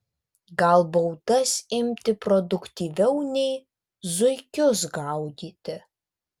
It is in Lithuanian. gal baudas imti produktyviau nei zuikius gaudyti